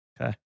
Okay